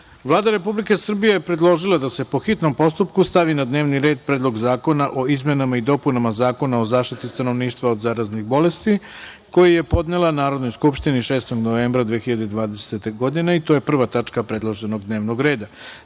Republike Srbije je predložila da se po hitnom postupku stavi na dnevni red Predlog zakona o izmenama i dopunama Zakona o zaštiti stanovništva od zaraznih bolesti, koji je podnela Narodnoj skupštini 6. novembra 2020. godine i to je prva tačka predloženog dnevnog